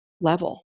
level